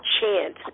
chance